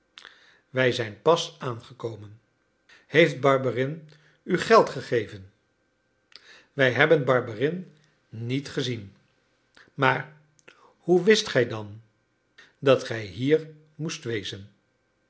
wij zijn pas aangekomen heeft barberin u geld gegeven wij hebben barberin niet gezien maar hoe wist gij dan dat gij hier moest wezen